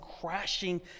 crashing